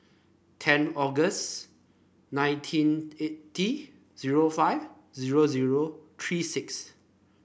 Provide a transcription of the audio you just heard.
ten August nineteen eighty zero five zero zero three six